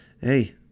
hey